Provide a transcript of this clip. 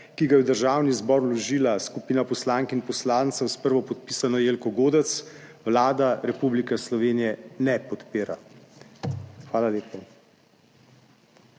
ki ga je v Državni zbor vložila skupina poslank in poslancev s prvopodpisano Jelko Godec, Vlada Republike Slovenije ne podpira. Hvala lepa.